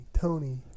Tony